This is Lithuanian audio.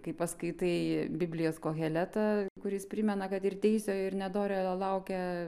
kai paskaitai biblijos koheletą kuris primena kad ir teisiojo ir nedorėlio laukia